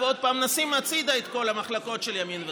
ועוד פעם: נשים הצידה את כל המחלוקות של ימין ושמאל.